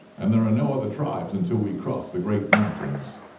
and there are no other tribes until we cross the great mountains.